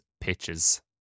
pitches